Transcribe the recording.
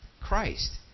Christ